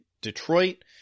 Detroit